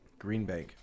Greenbank